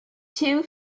two